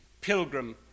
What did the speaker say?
pilgrim